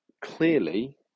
clearly